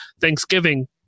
Thanksgiving